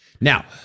Now